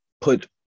put